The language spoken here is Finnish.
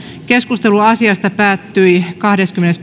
keskustelu asiasta päättyi kahdeskymmenes